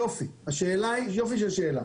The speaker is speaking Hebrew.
יופי של שאלה.